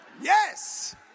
Yes